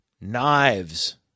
Knives